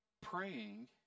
praying